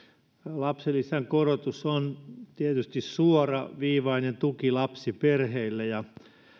lapsilisän korotus on tietysti suoraviivainen tuki lapsiperheille ja